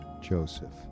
Joseph